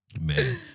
Man